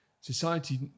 society